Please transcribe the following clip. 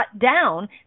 down